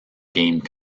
game